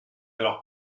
alors